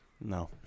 No